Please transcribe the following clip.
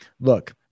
look